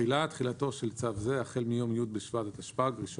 "תחילה 2. תחילתו של צו זה החל מיום י' בשבט התשפ"ג (1